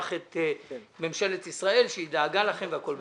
את ממשלת ישראל שהיא דאגה לכם והכול בסדר.